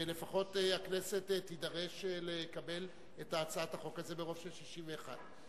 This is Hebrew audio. שלפחות הכנסת תידרש לקבל את הצעת החוק הזאת ברוב של 61?